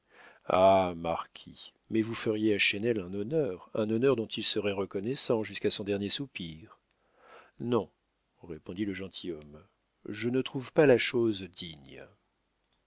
mais vous feriez à chesnel un honneur un honneur dont il serait reconnaissant jusqu'à son dernier soupir non répondit le gentilhomme je ne trouve pas la chose digne